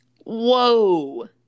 Whoa